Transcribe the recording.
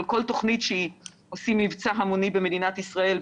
אבל כל תוכנית שעושים מבצע המוני במדינת ישראל,